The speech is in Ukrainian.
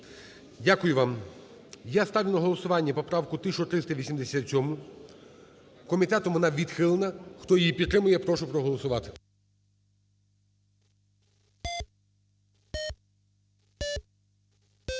Дякую вам. Я ставлю на голосування поправку 1387. Комітетом вона відхилена. Хто її підтримує, прошу проголосувати.